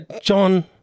John